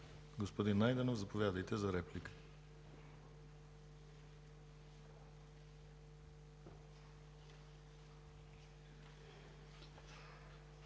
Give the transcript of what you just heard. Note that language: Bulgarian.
Господин Найденов, заповядайте за реплика.